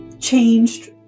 changed